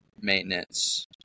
maintenance